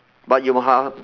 but you !huh!